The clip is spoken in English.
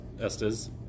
Estes